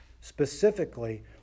specifically